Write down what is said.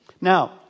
Now